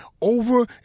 over